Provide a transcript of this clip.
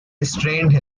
restrained